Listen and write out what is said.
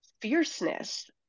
fierceness